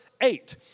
eight